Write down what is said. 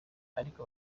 ariko